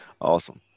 awesome